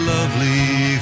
Lovely